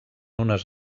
unes